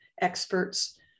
experts